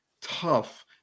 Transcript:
tough